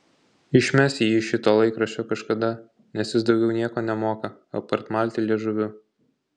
išmes jį iš šito laikraščio kažkada nes jis daugiau nieko nemoka apart malti liežuviu